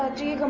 do you